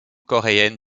coréenne